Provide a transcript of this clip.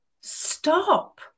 Stop